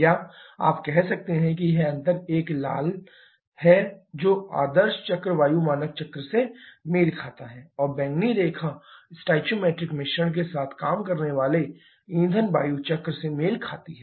या आप कह सकते हैं कि यह अंतर एक लाल है जो आदर्श चक्र वायु मानक चक्र से मेल खाता है और बैंगनी रेखा स्टोइकोमेट्रिक मिश्रण के साथ काम करने वाले ईंधन वायु चक्र से मेल खाती है